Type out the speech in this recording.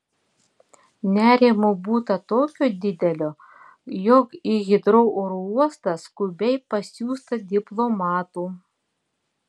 nerimo būta tokio didelio jog į hitrou oro uostą skubiai pasiųsta diplomatų